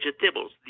vegetables